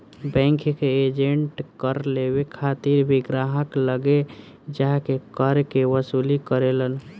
bank के agent कर लेवे खातिर भी ग्राहक लगे जा के कर के वसूली करेलन